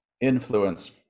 influence